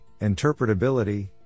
interpretability